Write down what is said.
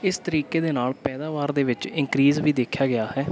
ਇਸ ਤਰੀਕੇ ਦੇ ਨਾਲ ਪੈਦਾਵਾਰ ਦੇ ਵਿੱਚ ਇੰਕਰੀਜ ਵੀ ਦੇਖਿਆ ਗਿਆ ਹੈ